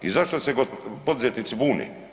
I zašto se poduzetnici bune?